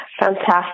Fantastic